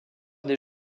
des